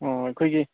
ꯑꯣ ꯑꯩꯈꯣꯏꯒꯤ